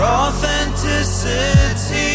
authenticity